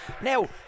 now